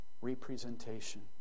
Representation